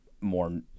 more